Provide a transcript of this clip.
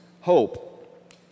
hope